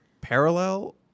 parallel